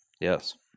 Yes